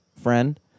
friend